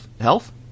health